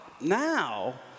Now